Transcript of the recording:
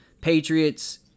Patriots